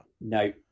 No